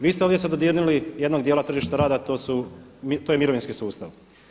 Vi ste ovdje se dodirnuli jednog dijela tržišta rada, a to je mirovinski sustav.